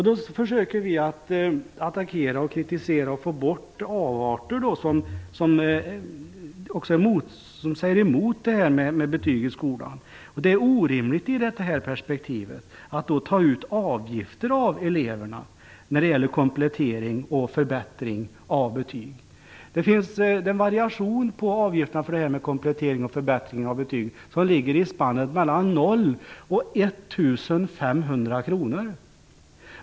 Då försöker vi attackera, kritisera och få bort avarter som säger emot detta med betyg i skolan. Det är orimligt att i det här perspektivet ta ut avgifter av eleverna när det gäller komplettering och förbättring av betyg. Det finns en variation på avgifterna för det här med komplettering och förbättring av betyg som ligger i spannet 0-1 500 kronor.